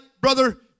brother